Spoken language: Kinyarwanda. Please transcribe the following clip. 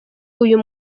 uyu